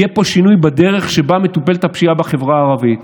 יהיה פה שינוי בדרך שבה מטופלת הפשיעה בחברה הערבית.